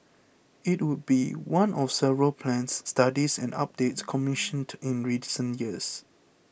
it would be one of several plans studies and updates commissioned in recent years